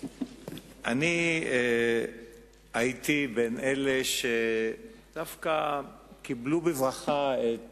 אני הייתי בין אלה שדווקא קיבלו בברכה את